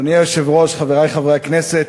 אדוני היושב-ראש, חברי חברי הכנסת,